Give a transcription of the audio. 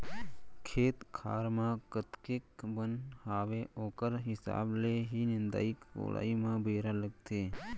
खेत खार म कतेक बन हावय ओकर हिसाब ले ही निंदाई कोड़ाई म बेरा लागथे